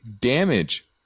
damage